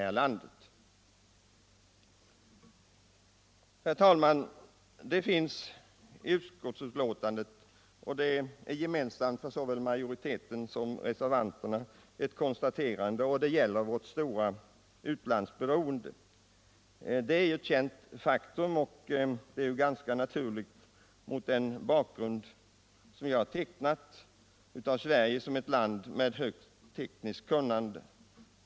I utskottsbetänkandet finns ett konstaterande som är gemensamt för majoriteten och reservanterna, och det gäller vårt stora utlandsberoende. Detta är ett känt faktum och en ganska naturlig situation mot bakgrund av den bild jag här har tecknat av Sverige som ett land med ett högt tekniskt kunnande.